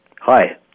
Hi